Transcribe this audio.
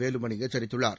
Velumani எச்சித்துள்ளார்